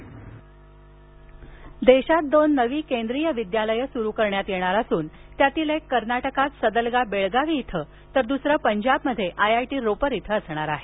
पोखरीयाल देशात दोन नवी केंद्रीय विद्यालयं सुरु करण्यात येणार असून त्यातील एक सदलगा बेळगावी इथं तर दुसरं पंजाबमध्ये आय आय टी रोपर इथं असणार आहे